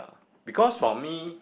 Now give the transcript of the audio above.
because for me